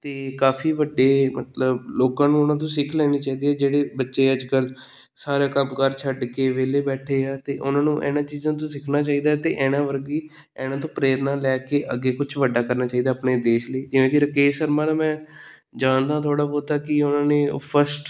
ਅਤੇ ਕਾਫੀ ਵੱਡੇ ਮਤਲਬ ਲੋਕਾਂ ਨੂੰ ਉਹਨਾਂ ਤੋਂ ਸਿੱਖ ਲੈਣੀ ਚਾਹੀਦੀ ਏ ਜਿਹੜੇ ਬੱਚੇ ਅੱਜ ਕੱਲ੍ਹ ਸਾਰਾ ਕੰਮਕਾਰ ਛੱਡ ਕੇ ਵਿਹਲੇ ਬੈਠੇ ਆ ਅਤੇ ਉਹਨਾਂ ਨੂੰ ਇਹਨਾਂ ਚੀਜ਼ਾਂ ਤੋਂ ਸਿੱਖਣਾ ਚਾਹੀਦਾ ਅਤੇ ਇਹਨਾਂ ਵਰਗੀ ਇਹਨਾਂ ਤੋਂ ਪ੍ਰੇਰਨਾ ਲੈ ਕੇ ਅੱਗੇ ਕੁਛ ਵੱਡਾ ਕਰਨਾ ਚਾਹੀਦਾ ਆਪਣੇ ਦੇਸ਼ ਲਈ ਜਿਵੇਂ ਵੀ ਰਾਕੇਸ਼ ਸ਼ਰਮਾ ਦਾ ਮੈਂ ਜਾਣਦਾ ਥੋੜ੍ਹਾ ਬਹੁਤਾ ਕਿ ਉਹਨਾਂ ਨੇ ਫਸਟ